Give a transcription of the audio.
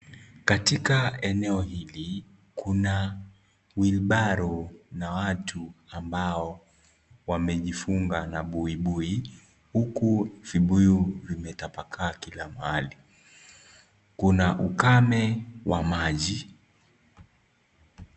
Katika eneo hili kuna wheelbarrow na watu ambao wamejifunga na buibui, huku vibuyu vimetapakaa kila mahali. Kuna ukame wa maji.